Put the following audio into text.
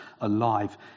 alive